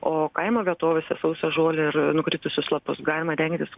o kaimo vietovėse sausą žolę ir nukritusius lapus galima dengtis